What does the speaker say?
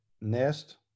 nest